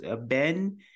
Ben